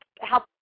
help